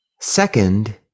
Second